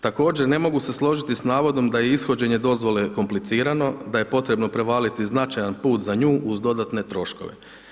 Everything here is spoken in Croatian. Također ne mogu se složiti s navodom da je ishođenje dozvole komplicirano, da je potrebno prevaliti značajan put za nju uz dodatne troškove.